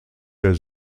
der